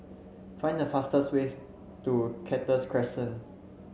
find the fastest way to Cactus Crescent